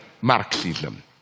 Marxism